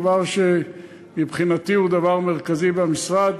דבר שמבחינתי הוא דבר מרכזי במשרד,